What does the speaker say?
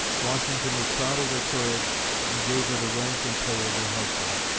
washington was proud of her courage and gave her the rank and pay of her husband.